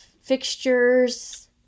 Fixtures